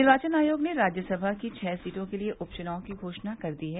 निर्वाचन आयोग ने राज्यसभा की छह सीटों के लिए उप चुनाव की घोषणा कर दी है